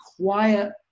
quiet